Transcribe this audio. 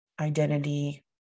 identity